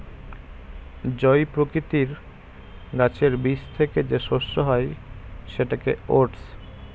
জই প্রকৃতির গাছের বীজ থেকে যে শস্য হয় সেটাকে ওটস